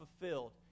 fulfilled